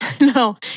no